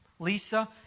lisa